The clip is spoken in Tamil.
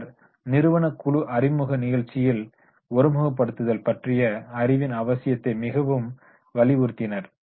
பின்னர் நிறுவன குழு அறிமுக நிகழ்ச்சியில் ஒருமுகப்படுத்துதல் பற்றிய அறிவின் அவசியத்தை மிகவும் வலியுறுத்தினர்